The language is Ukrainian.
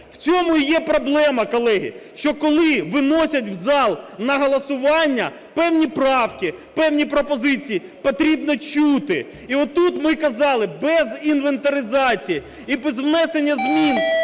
В цьому і є проблема, колеги, що коли виносять в зал на голосування певні правки, певні пропозиції – потрібно чути. І оттут ми казали: без інвентаризації і без внесення змін...